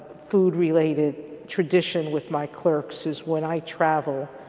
food related tradition with my clerks is when i travel,